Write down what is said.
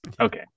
okay